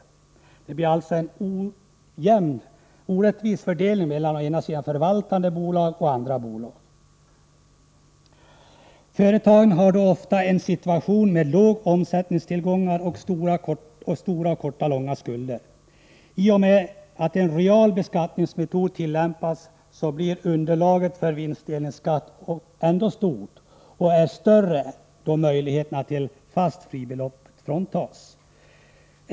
Det blir alltså en orättvis fördelning mellan förvaltande bolag och andra bolag. Företagen har då ofta en situation med låga omsättningstillgångar och stora korta och långa skulder. I och med den reala beskattningsmetoden blir underlaget för vinstdelningsskatt ändå stort, och det blir ännu större då möjligheten till fast fribelopp fråntas.